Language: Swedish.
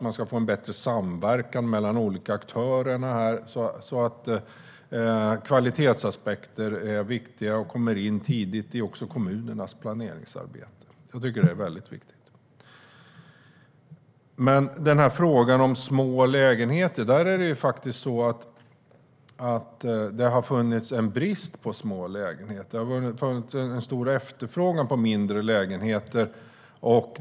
Man ska få en bättre samverkan mellan olika aktörer så att kvalitetsaspekter kommer in tidigt också i kommunernas planeringsarbete. Jag tycker att det är väldigt viktigt. Det har av flera olika skäl funnits en brist och stor efterfrågan på mindre lägenheter.